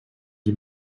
you